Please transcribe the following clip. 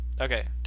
Okay